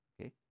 Okay